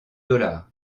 dollars